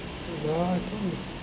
wait ah I don't